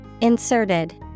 Inserted